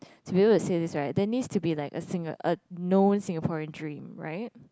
to be able to say this right there needs to be like a Singa~ a known Singaporean dream right